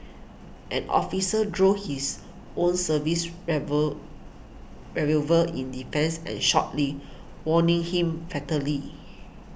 an officer drew his own service revel revolver in defence and shot Lee wounding him fatally